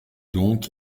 donc